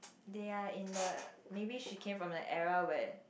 they are in the maybe she came from the era where